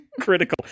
critical